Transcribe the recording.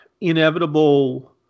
inevitable